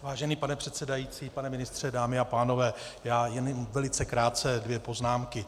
Vážený pane předsedající, pane ministře, dámy a pánové, já je velice krátce dvě poznámky.